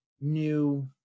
new